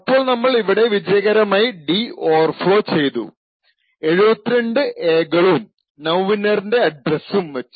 അപ്പോൾ നമ്മൾ ഇവിടെ വിജയകരമായി d ഓവർഫ്ളോ ചെയ്തു 72 A ഉം നൌഇന്നറിന്റെ അഡ്രസസും വച്ച്